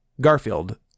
Garfield